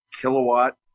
kilowatt